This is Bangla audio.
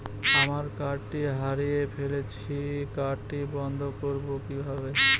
আমার কার্ডটি হারিয়ে ফেলেছি কার্ডটি বন্ধ করব কিভাবে?